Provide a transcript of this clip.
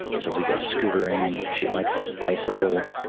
so we go scootering. she likes to bicycle.